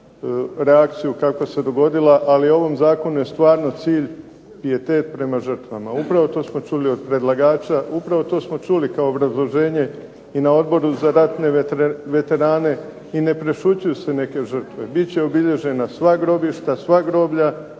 reakciju kako se dogodila. Ali ovom zakonu je stvarno cilj pijetet prema žrtvama. Upravo to smo čuli od predlagača. Upravo to smo čuli kao obrazloženje i na Odboru za ratne veterane i ne prešućuju se neke žrtve. Bit će obilježena sva grobišta, sva groblja,